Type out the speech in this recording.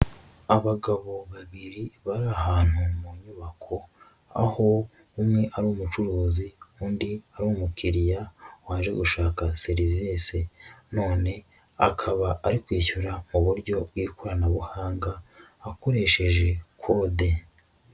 Abagabo babiri bari ahantu mu nyubako ,aho umwe ari umucuruzi undi ari umukiriya waje gushaka serivice ,none akaba ari kwishyura mu buryo bw'ikoranabuhanga akoresheje code.